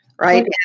right